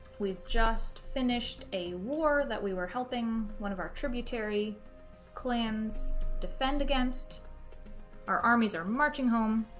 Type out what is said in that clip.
we've just finished a war that we were helping one of our tributary clans defend against our armies are marching home